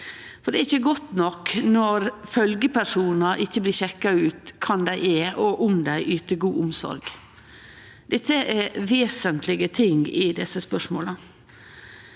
Det er ikkje godt nok når følgjepersonar ikkje blir sjekka ut, kven dei er, og om dei yter god omsorg. Dette er vesentlege ting i desse spørsmåla.